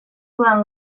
durant